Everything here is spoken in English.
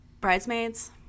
bridesmaids